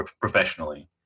professionally